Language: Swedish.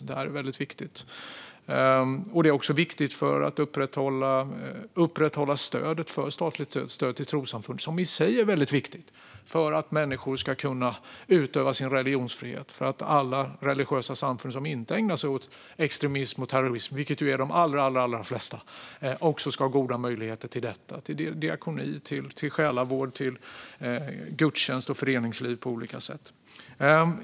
Detta är viktigt även för att upprätthålla stödet för statligt stöd till trossamfund, som i sig är väldigt viktigt för att människor ska kunna utöva sin religionsfrihet. Det är också viktigt för att alla religiösa samfund som inte ägnar sig åt extremism eller terrorism - vilket är de allra flesta - ska ha goda möjligheter att ägna sig åt diakoni, själavård, gudstjänst och föreningsliv på olika sätt.